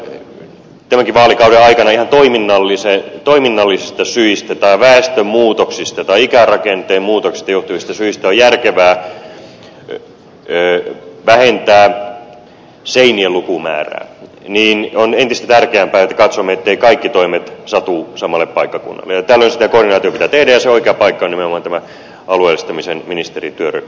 kun me tiedämme että tämänkin vaalikauden aikana ihan toiminnallisista syistä tai väestön muutoksista tai ikärakenteen muutoksista johtuvista syistä on järkevää vähentää seinien lukumäärää niin on entistä tärkeämpää että katsomme etteivät kaikki toimet satu samalle paikkakunnalle ja tällöin sitä koordinaatiota pitää tehdä ja se oikea paikka on nimenomaan tämä alueellistamisen ministerityöryhmä